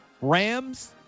rams